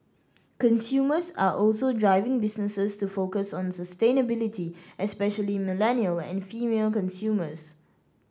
consumers are also driving businesses to focus on sustainability especially millennial and female consumers